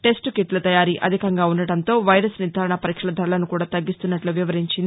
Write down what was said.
test కిట్ల తయారీ అధికంగా ఉందడంతో వైరస్ నిర్దారణ పరీక్షల ధరలను కూడా తగ్గిస్తున్నట్టు వివరించింది